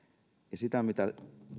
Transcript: ja sitä mitä